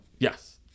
Yes